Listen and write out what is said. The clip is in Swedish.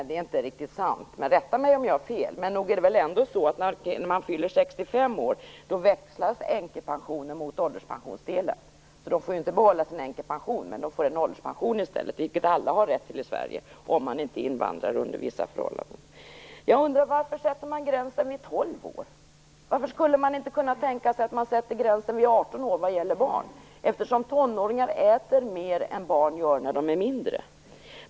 Det är inte riktigt sant. Rätta mig om jag har fel, men nog är det ändå så att när man fyller 65 år växlas änkepensionen mot ålderspensionsdelen. Änkorna får inte behålla sin änkepension utan får i stället en ålderspension, något som alla i Sverige har rätt till, bortsett från vissa invandrare. Jag undrar varför man sätter gränsen vid tolv år. Varför skulle man inte kunna tänka sig att sätta den vid 18 år när det gäller barn? Tonåringar äter mer än mindre barn.